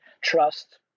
trust